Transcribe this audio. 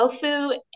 tofu